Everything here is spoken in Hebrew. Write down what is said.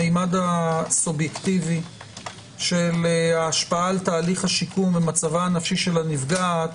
הממד הסובייקטיבי של ההשפעה על תהליך השיקום ומצבה הנפשי של הנפגעת